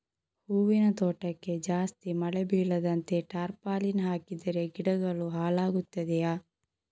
ಹೂವಿನ ತೋಟಕ್ಕೆ ಜಾಸ್ತಿ ಮಳೆ ಬೀಳದಂತೆ ಟಾರ್ಪಾಲಿನ್ ಹಾಕಿದರೆ ಗಿಡಗಳು ಹಾಳಾಗುತ್ತದೆಯಾ?